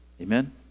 Amen